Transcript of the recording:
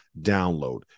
download